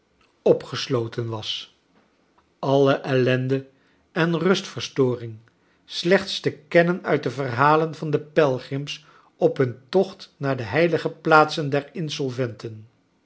opgesloten was alle ellende en rustverstoring slechts te kennen uit de verhalen van de pelgrims op hun tocht naar de heilige plaatsen der